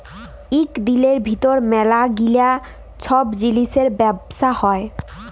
ইক দিলের ভিতর ম্যালা গিলা ছব জিলিসের ব্যবসা হ্যয়